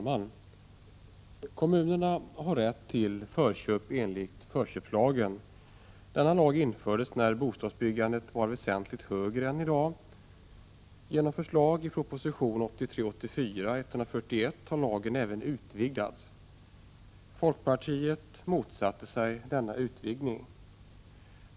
Fru talman! Kommunerna har rätt till förköp enligt förköpslagen. Denna lag infördes när bostadsbyggandet var väsentligt högre än i dag. Genom förslag i proposition 1983/84:141 har lagen även utvidgats. Folkpartiet motsätter sig denna utvidgning.